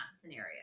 scenario